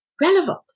relevant